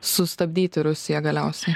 sustabdyti rusiją galiausiai